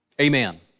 Amen